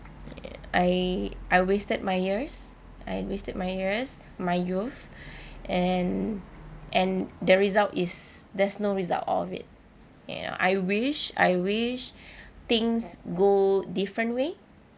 I I wasted my years I wasted my years my youth and and the result is there's no result of it ya I wish I wish things go different way